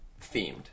themed